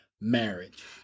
marriage